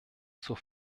zur